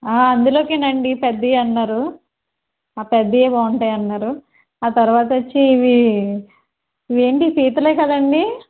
అందులోకేనండీ పెద్దవి అన్నారు ఆ పెద్దవే బాగుంటాయన్నారు తరువాత వచ్చి ఇవి ఇవేంటి పీతలే కదండీ